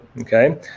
okay